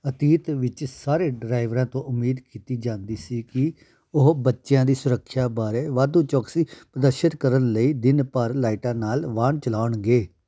ਅਤੀਤ ਵਿੱਚ ਸਾਰੇ ਡਰਾਈਵਰਾਂ ਤੋਂ ਉਮੀਦ ਕੀਤੀ ਜਾਂਦੀ ਸੀ ਕਿ ਉਹ ਬੱਚਿਆਂ ਦੀ ਸੁਰੱਖਿਆ ਬਾਰੇ ਵਾਧੂ ਚੌਕਸੀ ਪ੍ਰਦਰਸ਼ਿਤ ਕਰਨ ਲਈ ਦਿਨ ਭਰ ਲਾਈਟਾਂ ਨਾਲ ਵਾਹਨ ਚਲਾਉਣਗੇ